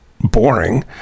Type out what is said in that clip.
boring